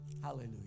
Hallelujah